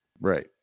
Right